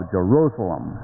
Jerusalem